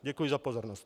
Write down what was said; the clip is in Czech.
Děkuji za pozornost.